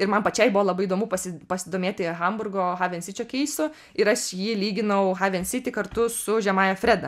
ir man pačiai buvo labai įdomu pasi pasidomėti hamburgo havensičio keisu ir aš jį lyginau havensitį kartu su žemąja freda